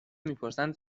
میپرسند